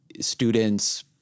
students